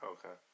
Okay